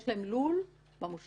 יש להם לול במושב.